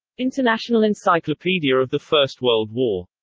international encyclopedia of the first world war.